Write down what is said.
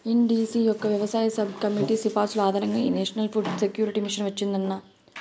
NDC యొక్క వ్యవసాయ sub committee సిఫార్సుల ఆధారంగా ఈ నేషనల్ ఫుడ్ సెక్యూరిటీ మిషన్ వచ్చిందన్న